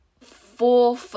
four